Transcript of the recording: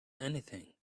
anything